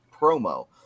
promo